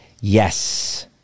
yes